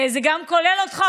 זה גם כולל אותך,